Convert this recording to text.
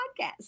Podcast